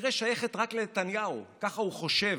כנראה שייכת רק לנתניהו ולמשפחתו, ככה הוא חושב.